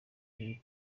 ibi